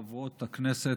חברות הכנסת,